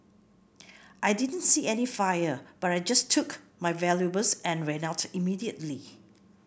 I didn't see any fire but I just took my valuables and ran out immediately